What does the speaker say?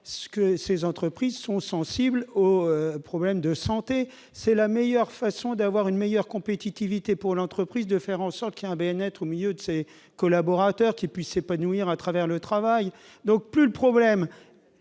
que ces entreprises sont sensibles au problème de santé, c'est la meilleure façon d'avoir une meilleure compétitivité pour l'entreprise de faire en sorte qu'un bn être au milieu de ses collaborateurs qui puissent épanouir à travers le travail donc plus, le problème